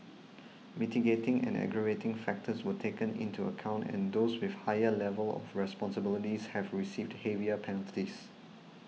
mitigating and aggravating factors were taken into account and those with higher level of responsibilities have received heavier penalties